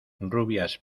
rubias